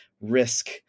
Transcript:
risk